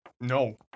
No